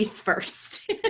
first